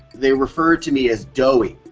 they referred to me as doughy.